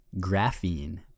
graphene